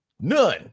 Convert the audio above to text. none